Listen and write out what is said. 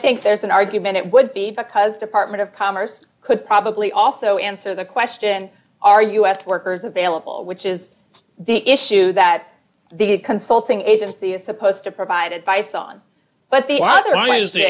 think there's an argument it would be because department of commerce could probably also answer the question are u s workers available which is the issue that the consulting agency is supposed to provide advice on but the